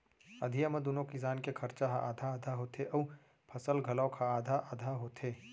अधिया म दूनो किसान के खरचा ह आधा आधा होथे अउ फसल घलौक ह आधा आधा होथे